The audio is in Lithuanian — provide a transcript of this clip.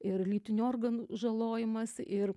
ir lytinių organų žalojimas ir